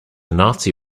nazi